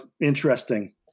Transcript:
interesting